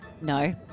No